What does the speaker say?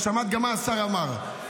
שמעת גם מה השר אמר,